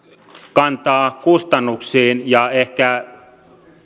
kantaa kustannuksiin ja ehkä